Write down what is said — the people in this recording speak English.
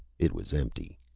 it was empty.